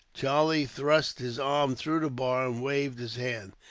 charlie thrust his arm through the bar, and waved his hand.